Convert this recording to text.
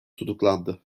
tutuklandı